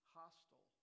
hostile